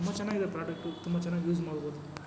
ತುಂಬ ಚೆನ್ನಾಗಿದೆ ಪ್ರಾಡಕ್ಟು ತುಂಬ ಚೆನ್ನಾಗಿ ಯೂಸ್ ಮಾಡ್ಬೋದು ನಾವು